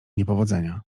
niepowodzenia